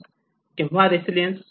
केव्हा रेसिलियन्स